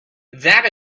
that